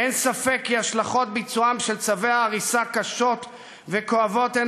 אין ספק כי השלכות ביצועם של צווי ההריסה קשות וכואבות הן,